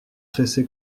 pressé